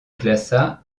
classa